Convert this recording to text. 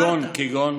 כגון?